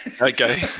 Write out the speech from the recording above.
Okay